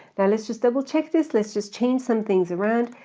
now lets just double check this list, just change some things around,